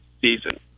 season